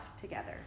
together